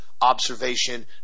observation